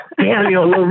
Daniel